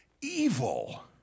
evil